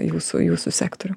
jūsų jūsų sektorių